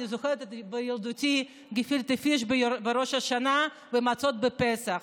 אני זוכרת בילדותי גפילטע פיש בראש השנה ומצות בפסח.